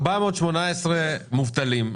418,000 מובטלים,